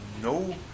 no